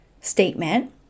statement